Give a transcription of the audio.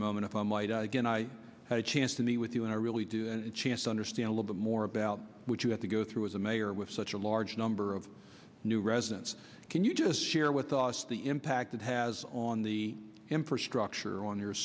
a moment if i might again i had a chance to meet with you and i really do a chance to understand a little bit more about what you have to go through as a mayor with such a large number of new residents can you just share with us the impact that has on the infrastructure on your